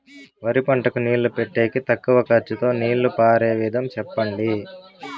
వరి పంటకు నీళ్లు పెట్టేకి తక్కువ ఖర్చుతో నీళ్లు పారే విధం చెప్పండి?